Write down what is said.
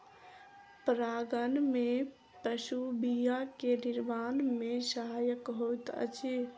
परागन में पशु बीया के निर्माण में सहायक होइत अछि